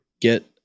get